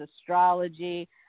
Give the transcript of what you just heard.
astrology